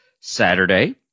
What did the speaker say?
Saturday